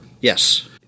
Yes